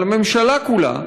אבל הממשלה כולה,